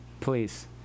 Please